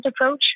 approach